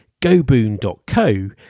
goboon.co